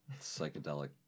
Psychedelic